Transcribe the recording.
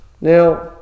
Now